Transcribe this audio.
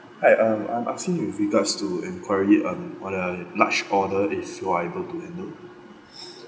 hi um I'm asking with regards to enquiry um on a large order if you are able to admit